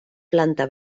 planta